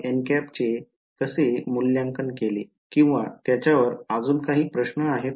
चे कसे मूल्यांकन केले किंवा त्याच्यावर अजून काही प्रश्न आहेत का